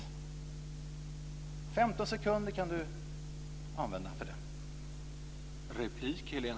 Hon kan använda 15 sekunder för att svara på det.